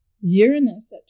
Uranus